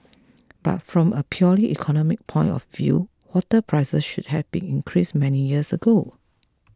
but from a purely economic point of view water prices should have been increased many years ago